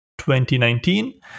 2019